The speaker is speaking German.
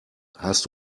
hast